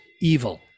evil